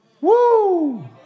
Woo